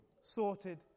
sorted